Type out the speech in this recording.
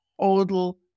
total